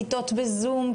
כיתות בזום,